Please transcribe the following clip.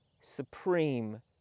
supreme